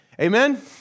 Amen